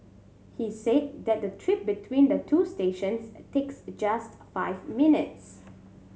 he said that the trip between the two stations takes just five minutes